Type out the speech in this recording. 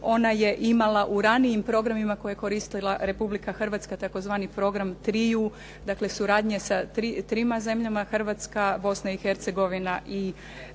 Ona je imala u ranijim programima koje je koristila Republika Hrvatska tzv. Program "triju", dakle suradnje sa trima zemljama Hrvatska, Bosna i Hercegovine